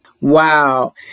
Wow